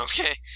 Okay